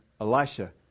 Elisha